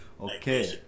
okay